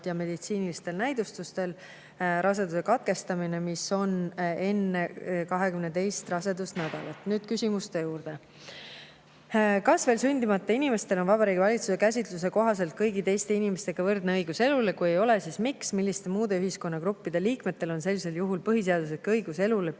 ja meditsiinilistel näidustustel raseduse katkestamine, mis on enne 22. rasedusnädalat. Nüüd küsimuste juurde. "Kas veel sündimata inimestel on Vabariigi Valitsuse käsitluse kohaselt kõigi teiste inimestega võrdne õigus elule? Kui ei ole, siis miks? Milliste muude ühiskonnagruppide liikmetel on sellisel juhul põhiseaduslik õigus elule piiratum